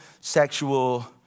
sexual